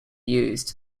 used